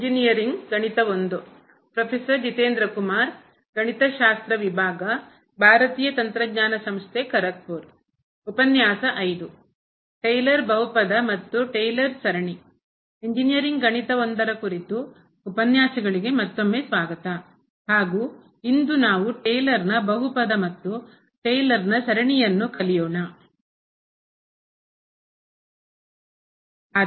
engineering ಗಣಿತ I ಕುರಿತು ಉಪನ್ಯಾಸಗಳಿಗೆ ಮತ್ತೊಮ್ಮೆ ಸ್ವಾಗತ ಹಾಗೂ ಇಂದು ನಾವು ಟೇಲರ್ನ ಬಹುಪದ ಮತ್ತು ಟೇಲರ್ ಸರಣಿಯನ್ನು Taylor's Polynomial and Taylor Series ಕಲಿಯೋಣ